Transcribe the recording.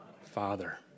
Father